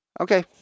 Okay